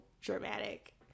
dramatic